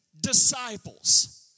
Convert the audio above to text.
disciples